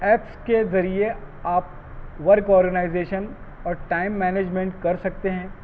apps کے ذریعے آپ ورک آرگنائزیشن اور ٹائم مینجمینٹ کر سکـتے ہیں